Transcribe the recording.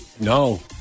No